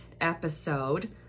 episode